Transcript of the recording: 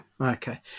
okay